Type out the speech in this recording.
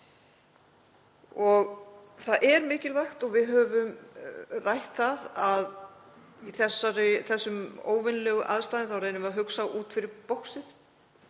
aðgerð. Mikilvægt er og við höfum rætt það að í þessum óvenjulegu aðstæðum reynum við að hugsa út fyrir boxið.